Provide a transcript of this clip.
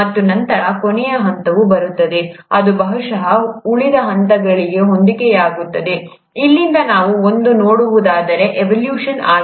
ಮತ್ತು ನಂತರ ಕೊನೆಯ ಹಂತವು ಬರುತ್ತದೆ ಅದು ಬಹುಶಃ ಉಳಿದ ಹಂತಗಳಿಗೆ ಹೊಂದಿಕೆಯಾಗುತ್ತದೆ ಇಲ್ಲಿಂದ ನಾವು ಇಂದು ನೋಡುವವರೆಗೂ ಎವೊಲ್ಯೂಶನ್ ಆಗಿದೆ